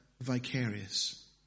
vicarious